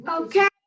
Okay